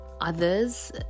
others